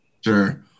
Sure